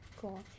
Cool